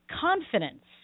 confidence